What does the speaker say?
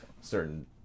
certain